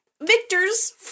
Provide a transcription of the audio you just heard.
Victor's